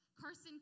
Carson